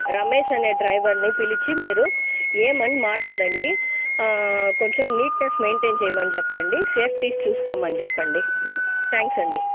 రమేష్ అనే డ్రైవర్ని పిలిచి మీరు ఏమని మాట్లాడండి కొంచెం నీట్నెస్ మెయింటైన్ చేయమని చెప్పండి సేఫ్టీస్ చూసుకోమని చెప్పండి థ్యాంక్స్ అండి